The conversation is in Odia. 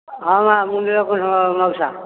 ହଁ ମା' ମୁଁ ନୀଳକଣ୍ଠ ମଉସା